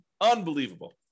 Unbelievable